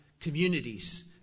communities